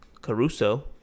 Caruso